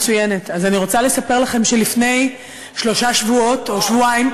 רוצה לספר לכם שלפני שלושה שבועות או שבועיים,